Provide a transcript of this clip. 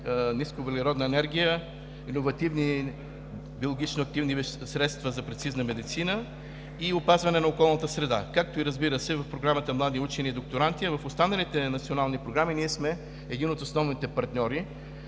нисковъглеродна енергия, иновативни биологично активни средства за прецизна медицина и опазване на околната среда, както и, разбира се, в Програмата „Млади учени и докторанти“, а в останалите национални програми ние сме един от основните партньори.